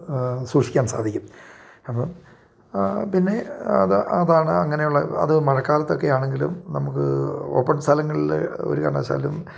സൂക്ഷിക്കാൻ സാധിക്കും അപ്പം പിന്നെ അത് അതാണ് അങ്ങനെയുള്ള അത് മഴക്കാലത്തൊക്കെ ആണെങ്കിലും നമുക്ക് ഓപ്പൺ സ്ഥലങ്ങൾ ഒരു കാരണവശാലും